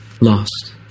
lost